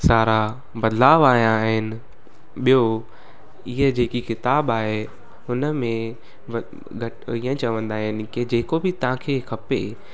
सारा बदलाव आया आहिनि ॿियो हीअ जेकी किताबु आहे हुनमे घटि ईअं चवंदा आहिनि की जेको बि तव्हांखे खपे